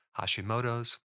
Hashimoto's